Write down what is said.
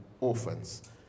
orphans